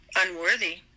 unworthy